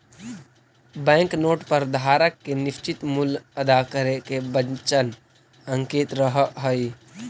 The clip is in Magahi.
बैंक नोट पर धारक के निश्चित मूल्य अदा करे के वचन अंकित रहऽ हई